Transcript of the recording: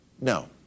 no